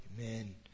Amen